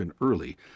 early